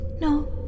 No